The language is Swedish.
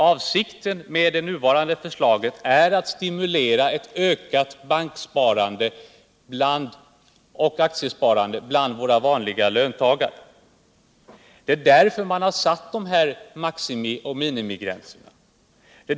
Avsikten med det nuvarande förslaget är att stimulera till en ökning av banksparandet och av akticsparandet bland våra vanliga löntagare. Det är därför man har satt de här maximi och minimigränserna.